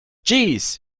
jeez